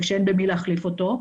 וכשאין במי להחליף אותו.